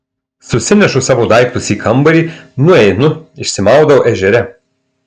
susinešu savo daiktus į kambarį nueinu išsimaudau ežere